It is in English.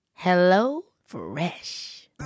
HelloFresh